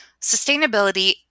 sustainability